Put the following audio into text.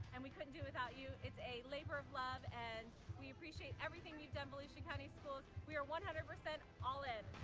and we couldn't do it without you. it's a labor of love, and we appreciate everything you've done, volusia county schools. we are one hundred percent all in.